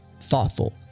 thoughtful